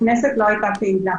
הכנסת לא הייתה פעילה.